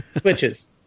switches